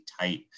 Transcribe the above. tight